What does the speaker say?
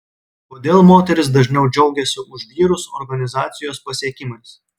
kodėl moterys dažniau džiaugiasi už vyrus organizacijos pasiekimais